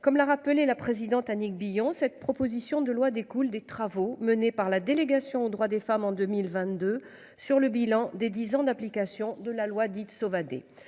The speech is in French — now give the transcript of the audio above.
comme l'a rappelé la présidente Annick Billon, cette proposition de loi découle des travaux menés par la délégation aux droits des femmes en 2022 sur le bilan des 10 ans d'application de la loi dite Sauvadet